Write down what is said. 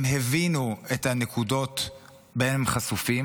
הם הבינו את הנקודות שבהן הם חשופים